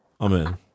Amen